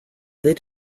they